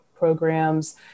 Programs